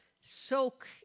soak